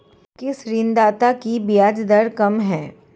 किस ऋणदाता की ब्याज दर कम है?